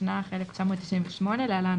התשנ"ח-1998 (להלן,